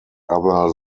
other